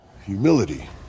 humility